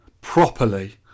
Properly